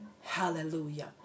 Hallelujah